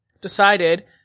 decided